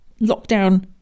Lockdown